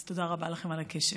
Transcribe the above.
אז תודה רבה לכם על הקשב.